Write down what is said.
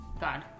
God